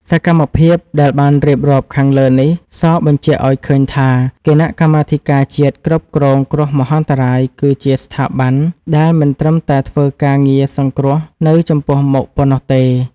សកម្មភាពដែលបានរៀបរាប់ខាងលើនេះសបញ្ជាក់ឱ្យឃើញថា គណៈកម្មាធិការជាតិគ្រប់គ្រងគ្រោះមហន្តរាយគឺជាស្ថាប័នដែលមិនត្រឹមតែធ្វើការងារសង្គ្រោះនៅចំពោះមុខប៉ុណ្ណោះទេ។